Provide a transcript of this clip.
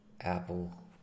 apple